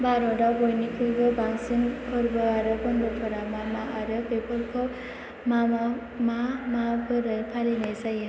भारतआव बयनिख्रुइबो बांसिन फालिनाय फोरबोफोरा मा मा आरो बेफोरखौ माबोरै फालिनाय जायो